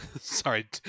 Sorry